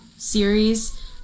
series